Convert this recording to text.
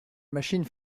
machine